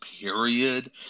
period